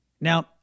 Now